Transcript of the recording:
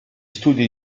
studi